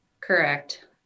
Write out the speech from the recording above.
Correct